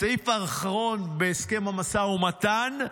הסעיף האחרון בהסכם המשא ומתן: